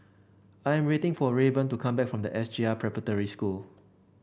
I'm waiting for Rayburn to come back from the S J I Preparatory School